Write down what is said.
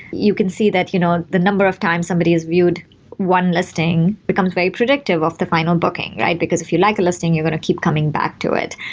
you can see that you know the number of times somebody has viewed one listing becomes very predictive of the final booking, right? because if you like a listing, you're going to keep coming back to it.